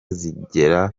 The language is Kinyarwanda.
zigira